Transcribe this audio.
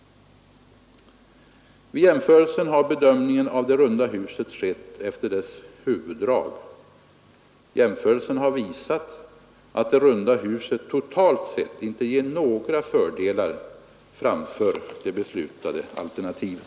Vid jämförelsen har bedömningen av det runda huset skett efter dess huvuddrag. Jämförelsen har visat att det runda huset totalt sett inte ger några fördelar framför det beslutade alternativet.